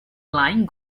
lying